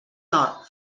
nord